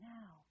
now